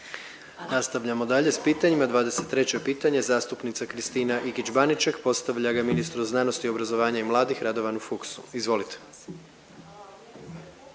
Nastavljamo dalje s pitanjima, 23 pitanje zastupnica Kristina Ikić Baniček postavlja ga ministru znanosti, obrazovanja i mladih Radovanu Fuchsu. Izvolite.